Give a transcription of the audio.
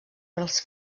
pels